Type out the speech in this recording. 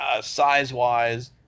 size-wise